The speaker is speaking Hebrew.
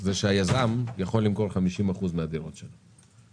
הוא שהיזם יכול למכור 50 אחוזים מהדירות שלו.